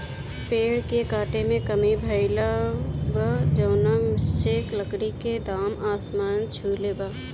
पेड़ के काटे में कमी भइल बा, जवना से लकड़ी के दाम आसमान छुले बा